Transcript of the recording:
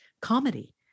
comedy